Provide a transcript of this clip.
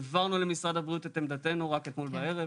העברנו למשרד הבריאות את עמדתנו רק אתמול בערב.